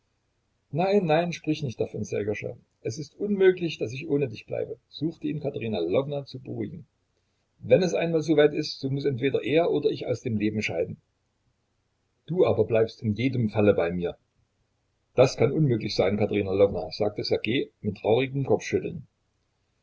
nein nein sprich nicht davon sserjoscha es ist unmöglich daß ich ohne dich bleibe suchte ihn katerina lwowna zu beruhigen wenn es einmal so weit ist so muß entweder er oder ich aus dem leben scheiden du aber bleibst in jedem falle bei mir das kann unmöglich sein katerina lwowna sagte ssergej mit traurigem kopfschütteln